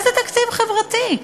איזה תקציב חברתי?